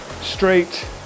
straight